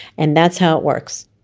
and that's how it works.